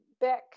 back